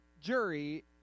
jury